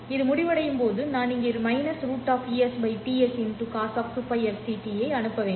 இது முடிவடையும் போது நான் இங்கே √Es T s cos2πfct ஐ அனுப்ப வேண்டும்